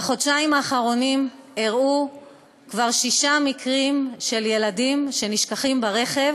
בחודשיים האחרונים אירעו כבר שישה מקרים של שכחת ילדים ברכב,